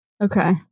Okay